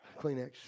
Kleenex